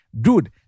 dude